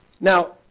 Now